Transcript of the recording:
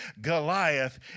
Goliath